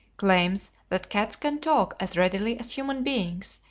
claims that cats can talk as readily as human beings,